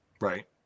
Right